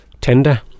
tender